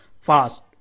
fast